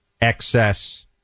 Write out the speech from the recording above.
excess